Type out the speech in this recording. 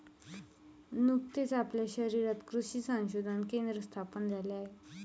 नुकतेच आपल्या शहरात कृषी संशोधन केंद्र स्थापन झाले आहे